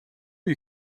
you